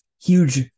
huge